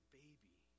baby